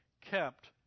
kept